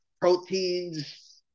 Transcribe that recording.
proteins